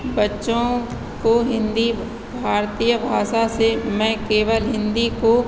बच्चों को हिन्दी भारतीय भाषा से मैं केवल हिन्दी को